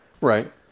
Right